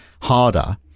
harder